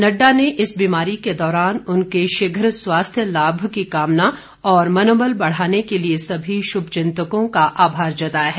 नड्डा ने इस बीमारी के दौरान उनके शीघ्र स्वास्थ्य लाभ की कामना और मनोबल बढ़ाने के लिए सभी शुभचिंतकों का आभार जताया है